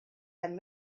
and